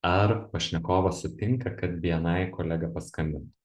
ar pašnekovas sutinka kad bni kolega paskambintų